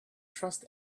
trust